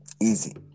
Easy